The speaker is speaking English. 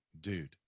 dude